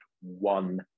one